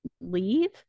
leave